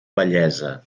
vellesa